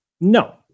No